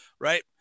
right